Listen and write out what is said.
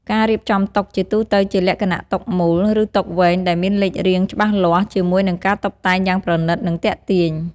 ការរៀបចំតុជាទូទៅជាលក្ខណៈតុមូល ឬតុវែងដែលមានលេខរៀងច្បាស់លាស់ ជាមួយនឹងការតុបតែងយ៉ាងប្រណីត និងទាក់ទាញ។